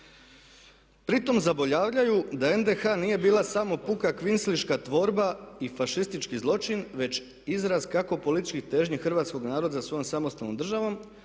pri tome zaboravljaju da NDH nije bila samo puka kvislinška tvorba i fašistički zločin već izraz kako političkih težnji hrvatskog naroda za svojom samostalnom državom